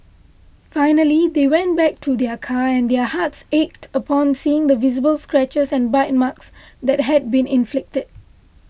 finally they went back to their car and their hearts ached upon seeing the visible scratches and bite marks that had been inflicted